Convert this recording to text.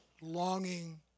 longing